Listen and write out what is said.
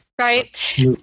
Right